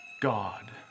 God